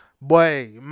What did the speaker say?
Boy